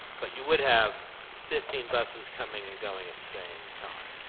but you would have fifteen buses coming and going at the same time?